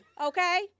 Okay